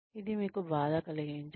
ఇది మీకు బాధ కలిగించదు